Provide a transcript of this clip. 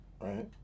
Right